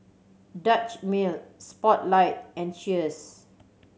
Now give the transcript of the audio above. Dutch Mill Spotlight and Cheers